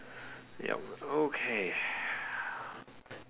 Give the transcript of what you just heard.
ya okay